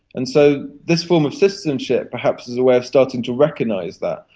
and so this form of citizenship perhaps is a way of starting to recognise that,